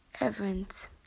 events